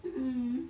mmhmm